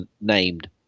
named